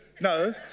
no